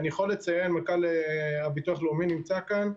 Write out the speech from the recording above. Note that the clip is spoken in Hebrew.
מנכ"ל הביטוח לאומי נמצא כאן,